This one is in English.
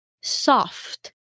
soft